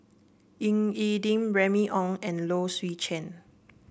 Ying E Ding Remy Ong and Low Swee Chen